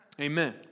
Amen